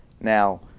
Now